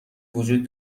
وجود